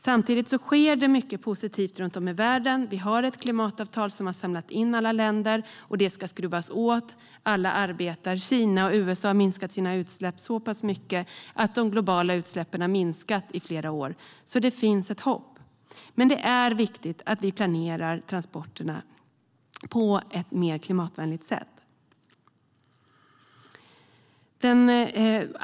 Samtidigt sker det mycket positivt runt om i världen. Vi har ett klimatavtal som har samlat alla länder. Det ska skruvas åt, och alla arbetar för det. Kina och USA har minskat sina utsläpp så mycket att de globala utsläppen har minskat i flera år. Det finns alltså hopp. Det är dock viktigt att vi planerar transporterna på ett mer klimatvänligt sätt.